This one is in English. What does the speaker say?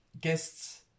guests